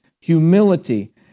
humility